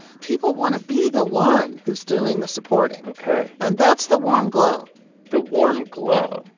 people want to be the one who's doing the supporting ok and that's the warm glow the warm glow,